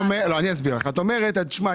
את אומרת: תשמע,